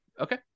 Okay